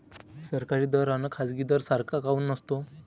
सरकारी दर अन खाजगी दर सारखा काऊन नसतो?